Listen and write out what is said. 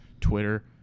Twitter